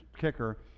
kicker